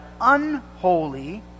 unholy